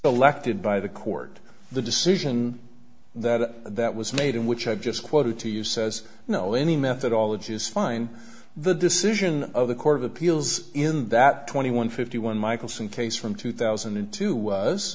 elected by the court the decision that that was made in which i just quoted to you says no any methodology is fine the decision of the court of appeals in that twenty one fifty one michaelson case from two thousand and two was